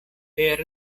per